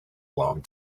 long